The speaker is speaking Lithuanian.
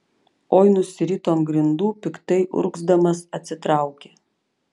oi nusirito ant grindų piktai urgzdamas atsitraukė